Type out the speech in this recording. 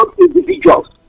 individuals